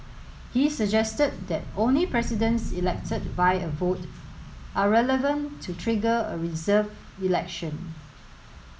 he suggested that only Presidents elected by a vote are relevant to trigger a reserved election